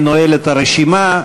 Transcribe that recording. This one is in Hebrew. אני נועל את הרשימה.